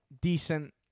decent